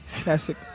classic